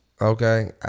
Okay